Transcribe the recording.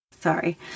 Sorry